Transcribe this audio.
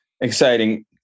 exciting